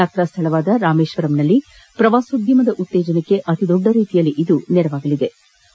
ಯಾತ್ರಾಸ್ಥಳವಾದ ರಾಮೇಶ್ವರದಲ್ಲಿ ಪ್ರವಾಸೋದ್ಯಮ ಉತ್ತೇಜನಕ್ಕೆ ಅತಿ ದೊಡ್ಡ ರೀತಿಯಲ್ಲಿ ನೆರವಾಗಲಿವೆ